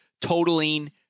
totaling